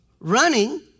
Running